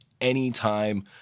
anytime